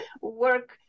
work